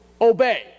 obey